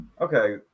Okay